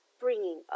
bringing